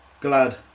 glad